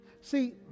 See